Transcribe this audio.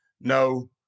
no